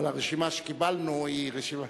אבל הרשימה שקיבלנו היא רשימה,